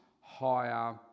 higher